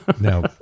Now